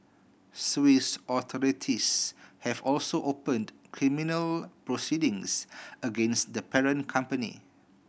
Swiss authorities have also opened criminal proceedings against the parent company